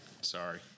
sorry